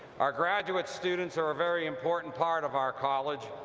our graduate students are a very important part of our college.